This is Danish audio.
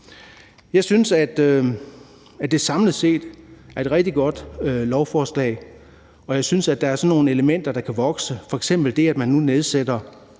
Jeg synes, at det samlet set er et rigtig godt lovforslag, og jeg synes, at der er nogle elementer, der kan vokse – f.eks. det, at man nu opretter